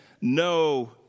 no